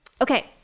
Okay